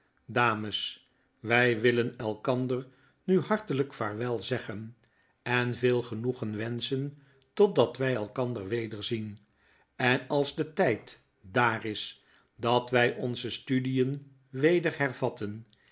dames wy willen elkandernu hartelijk vaarwel zeggen en veel genoegen wenschen totdat wjj elkander wederzien en als de tyd daar is dat wy onze studien weder hervatten